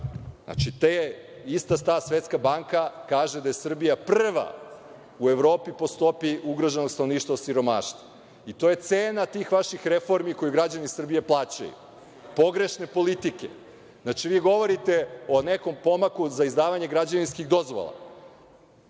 poslovanja, ista ta Svetska banka kaže da je Srbija prva u Evropi po stopi ugroženog stanovništva od siromaštva. To je cena tih vaših reformi koju građani Srbije plaćaju, pogrešne politike. Znači, vi govorite o nekom pomaku za izdavanje građevinskih dozvola,